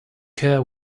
care